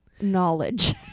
knowledge